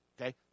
okay